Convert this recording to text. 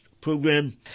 program